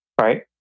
right